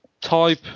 type